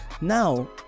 now